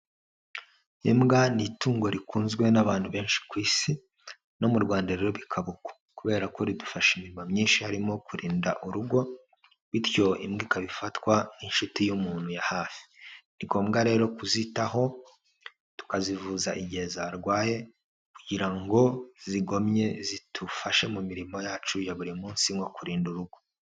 Imbwa ni itungo rikunzwe n'abantu benshi ku Isi, no mu Rwanda rero bikaba uko kubera ko ridufasha imirimo myinshi harimo kurinda urugo bityo imbwa ikaba ifatwa nk'inshuti y'umuntu ya hafi, ni ngombwa rero kuzitaho tukazivuza igihe zarwaye kugira ngo zigomye zidufashe mu mirimo yacu ya buri munsi nko kurinda urugo.